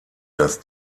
dass